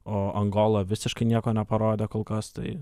o angola visiškai nieko neparodė kol kas tai